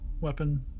weapon